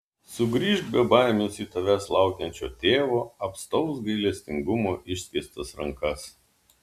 sugrįžk be baimės į tavęs laukiančio tėvo apstaus gailestingumo išskėstas rankas